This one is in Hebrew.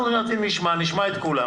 אנחנו נשמע את כולם